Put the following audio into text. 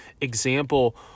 example